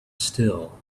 still